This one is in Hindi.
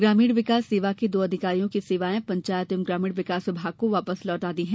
ग्रामीण विकास सेवा के दो अधिकारियों की सेवाएं पंचायत एवं ग्रामीण विकास विभाग को वापस लौटा दी है